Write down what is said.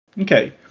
Okay